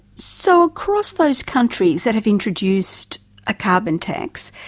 so across those countries that have introduced a carbon tax,